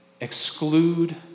exclude